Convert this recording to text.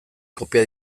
kopia